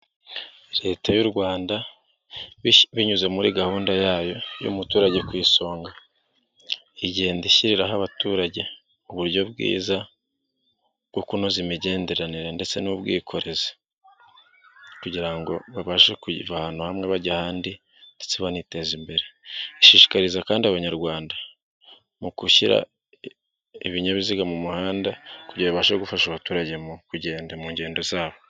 Leta y'u Rwanda binyuze muri gahunda yayo y'umuturage ku isonga, igenda ishyiriraho abaturage uburyo bwiza bwo kunoza imigenderanire ndetse n'ubwikorezi, babashe kuva ahantu hamwe bajya ahandi ndetse baniteza imbere. Ishishikariza kandi Abanyarwanda mu gushyira ibinyabiziga mu muhanda kugira ngo bafashe abaturage mu kugenda mu ngendo zabo.